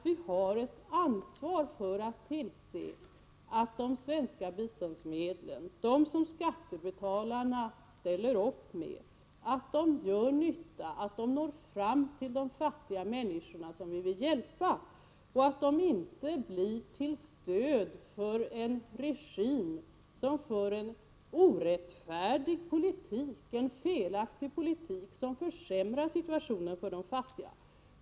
Vi har ett ansvar för att tillse att de svenska biståndsmedlen — som skattebetalarna ställer upp med — verkligen gör nytta och når fram till de fattiga människor som vi behöver hjälpa. Pengarna får inte bli ett stöd för en regim som för en orättfärdig och felaktig politik som försämrar situationen för de fattiga.